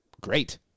great